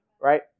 right